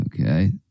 okay